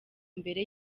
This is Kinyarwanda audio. mbere